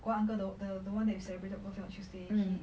got one uncle the the one that we celebrated his birthday on tuesday